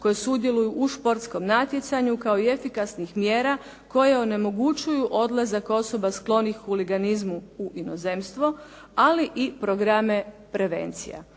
koji sudjeluju u športskom natjecanju kao i efikasnih mjera koje onemogućuju odlazak osoba sklonih huliganizmu u inozemstvo, ali i programe prevencija.